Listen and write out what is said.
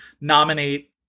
nominate